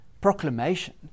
proclamation